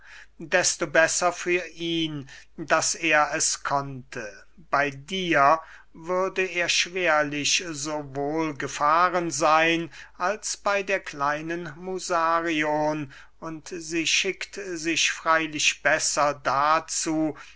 desto besser für ihn daß er es konnte bey dir würde er schwerlich so wohl gefahren seyn als bey der kleinen musarion und sie schickt sich freylich besser dazu